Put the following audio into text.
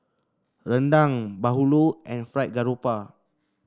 rendang bahulu and Fried Garoupa